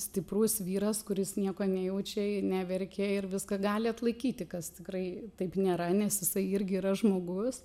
stiprus vyras kuris nieko nejaučia neverkia ir viską gali atlaikyti kas tikrai taip nėra nes jisai irgi yra žmogus